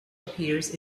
appears